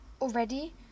Already